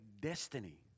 destiny